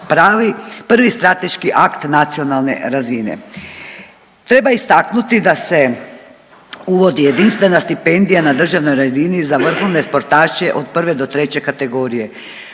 pravi, prvi strateški akt nacionalne razine. Treba istaknuti da se uvodi jedinstvena stipendija na državnoj razini za vrhunske sportaše od prve do treće kategorije,